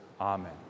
Amen